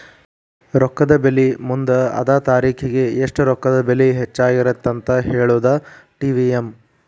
ರೊಕ್ಕದ ಬೆಲಿ ಮುಂದ ಅದ ತಾರಿಖಿಗಿ ಎಷ್ಟ ರೊಕ್ಕದ ಬೆಲಿ ಹೆಚ್ಚಾಗಿರತ್ತಂತ ಹೇಳುದಾ ಟಿ.ವಿ.ಎಂ